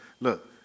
Look